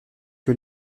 que